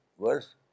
verse